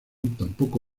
tampoco